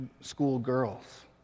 schoolgirls